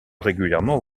régulièrement